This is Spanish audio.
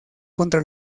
contra